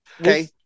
Okay